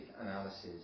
analysis